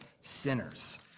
sinners